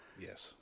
Yes